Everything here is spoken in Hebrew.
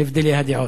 הבדלי הדעות.